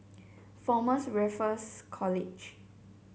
Former's Raffles College